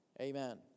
Amen